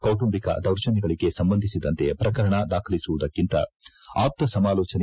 ಕೌಟುಂಜಕ ದೌರ್ಜನ್ನಗಳಿಗೆ ಸಂಬಂಧಿಸಿದಂತೆ ಪ್ರಕರಣ ದಾಖಲಿಸುವುದಕ್ಕಿಂತ ಆಪ್ತ ಸಮಾಲೋಜನೆ